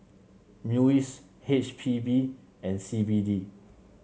MUIS H P B and C B D